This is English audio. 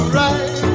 right